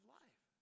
life